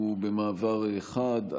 ובמעבר חד,